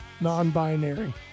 non-binary